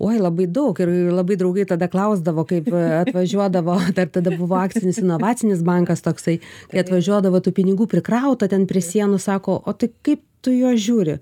oi labai daug ir labai draugai tada klausdavo kaip atvažiuodavo dar tada buvo akcinis inovacinis bankas toksai kai atvažiuodavo tų pinigų prikrauta ten prie sienų sako o tai kaip tu juos žiūri